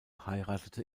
heiratete